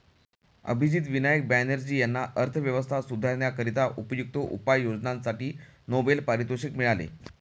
अभिजित विनायक बॅनर्जी यांना अर्थव्यवस्था सुधारण्याकरिता उपयुक्त उपाययोजनांसाठी नोबेल पारितोषिक मिळाले